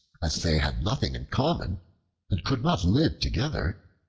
as they had nothing in common and could not live together,